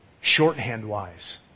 shorthand-wise